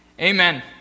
Amen